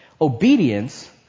Obedience